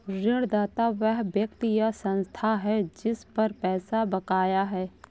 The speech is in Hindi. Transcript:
ऋणदाता वह व्यक्ति या संस्था है जिस पर पैसा बकाया है